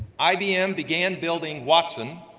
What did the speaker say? ibm began building watson,